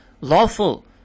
lawful